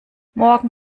morgen